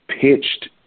pitched